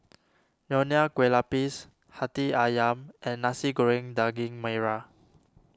Nonya Kueh Lapis Hati Ayam and Nasi Goreng Daging Merah